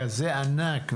כזה ענק,